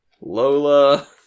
Lola